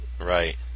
Right